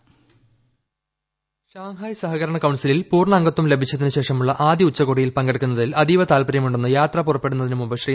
voice Shanghai സഹകരണ കൌൺസിലിൽ പൂർണ്ണ അംഗത്ത്വം ലഭിച്ചതിനു ശേഷം ഉള്ള ആദ്യ ഉച്ചകോടിയിൽ പങ്കെടുക്കുതിൽ അതീവ താല്പര്യമുണ്ടെന്ന് യാത്ര പൂറപ്പെടുന്നതിനു ശ്രീ